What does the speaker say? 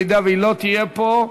אם היא לא תהיה פה,